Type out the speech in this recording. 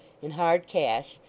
in hard cash,